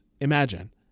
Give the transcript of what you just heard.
imagine